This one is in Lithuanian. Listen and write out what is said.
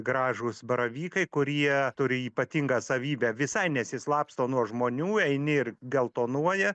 gražūs baravykai kurie turi ypatingą savybę visai nesislapsto nuo žmonių eini ir geltonuoja